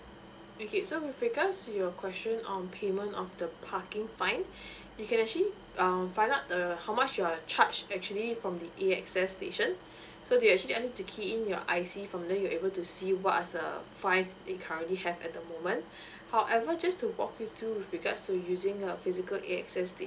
okay so with regard to your question on payment of the parking fine you can actually err find out the how much you're charged actually from the A_X_S station so you actually have to key in your I_C from there you're able to see what are the fines that you currently have at the moment however just to walk with you with regard to using a physical A_X_S station